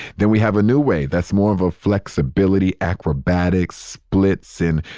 then we have a new way that's more of a flexibility, acrobatic splits in,